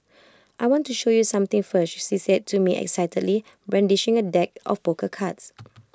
I want to show you something first she said to me excitedly brandishing A deck of poker cards